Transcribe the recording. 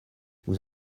vous